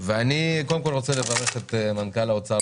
ואני קודם כל רוצה לברך את מנכ"ל האוצר,